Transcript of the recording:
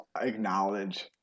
acknowledge